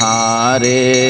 Hare